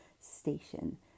station